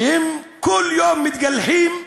שהם כל יום מתגלחים,